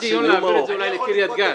יש דיון להעביר את זה אולי לקרית גת.